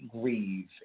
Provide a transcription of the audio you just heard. grieve